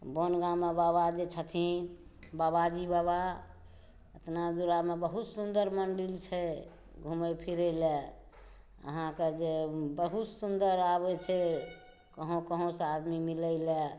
बनगाममे बाबा जे छथिन बाबाजी बाबा एतना दूरा मे बहुत सुन्दर मंडिल छै घुमै फिरै लए अहाँकेॅं जे बहुत सुन्दर आबै छै कहाँ कहाँ सँ आदमी मिलै लए